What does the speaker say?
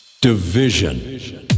Division